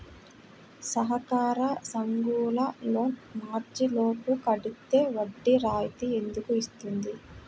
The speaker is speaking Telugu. సహకార సంఘాల లోన్ మార్చి లోపు కట్టితే వడ్డీ రాయితీ ఎందుకు ఇస్తుంది?